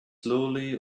slowly